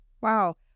wow